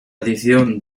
edición